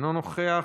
אינו נוכח,